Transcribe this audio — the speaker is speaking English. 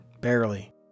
barely